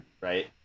right